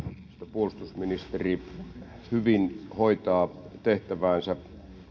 puolustusministeri hyvin hoitaa tehtäväänsä